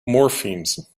morphemes